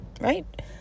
right